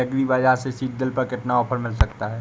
Agree बाजार से seed drill पर कितना ऑफर मिल सकता है?